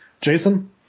Jason